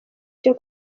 cyo